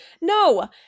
no